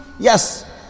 Yes